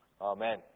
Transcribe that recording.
Amen